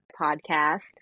podcast